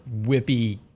whippy